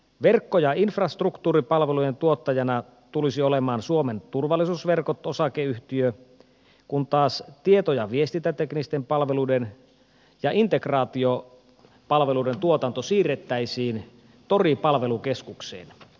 verkko ja infrastruktuuripalvelujen tuottajana tulisi olemaan suomen turvallisuusverkko oy kun taas tieto ja viestintäteknisten palveluiden ja integraatiopalveluiden tuotanto siirrettäisiin tori palvelukeskukseen